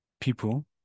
people